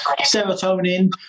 Serotonin